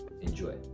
Enjoy